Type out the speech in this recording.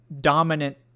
dominant